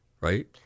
right